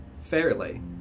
fairly